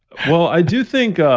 well, i do think.